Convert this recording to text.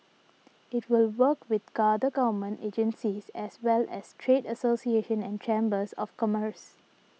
it will work with other government agencies as well as trade associations and chambers of commerce